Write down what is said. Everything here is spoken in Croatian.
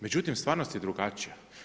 Međutim, stvarnost je drugačija.